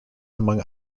among